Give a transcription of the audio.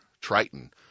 Triton